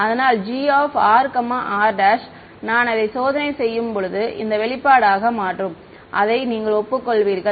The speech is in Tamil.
அதனால் grr' நான் அதை சோதனை செய்யும் போது இந்த வெளிப்பாடாக மாறும் அதை நீங்கள் ஒப்புக்கொள்வீர்கள்